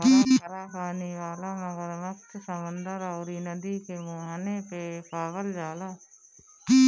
खरा पानी वाला मगरमच्छ समुंदर अउरी नदी के मुहाने पे पावल जाला